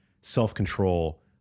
self-control